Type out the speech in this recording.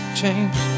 change